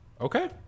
Okay